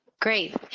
Great